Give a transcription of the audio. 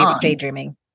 Daydreaming